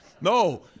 No